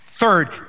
Third